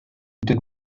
that